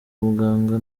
muganga